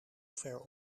ver